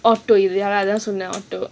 ORTO ya lah that's right